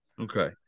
Okay